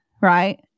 right